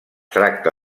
tracta